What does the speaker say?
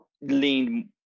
lean